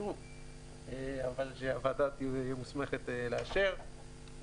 שהוועדה תהיה מוסמכת לאשר,